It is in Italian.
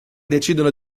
decidono